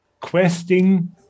questing